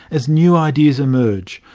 as new ideas emerge,